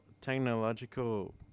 technological